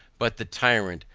but the tyrant,